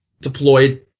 deployed